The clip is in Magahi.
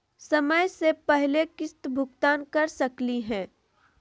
समय स पहले किस्त भुगतान कर सकली हे?